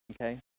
okay